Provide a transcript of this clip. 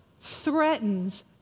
threatens